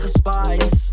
spice